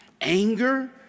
anger